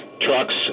trucks